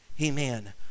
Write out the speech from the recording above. amen